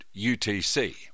UTC